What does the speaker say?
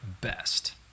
best